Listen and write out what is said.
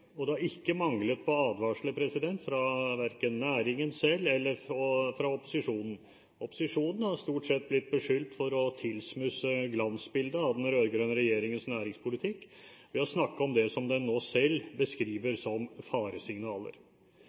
og det har ikke manglet på advarsler fra verken næringen selv eller opposisjonen. Opposisjonen har stort sett blitt beskyldt for å tilsmusse glansbildet av den rød-grønne regjeringens næringspolitikk ved å snakke om det som den nå selv beskriver som faresignaler.